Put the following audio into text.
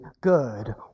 good